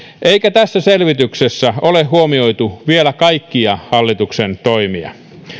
eikä tässä selvityksessä ole huomioitu vielä kaikkia hallituksen toimia